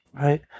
right